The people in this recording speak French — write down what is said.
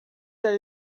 allé